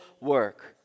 work